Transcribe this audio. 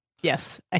Yes